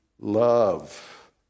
love